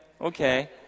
okay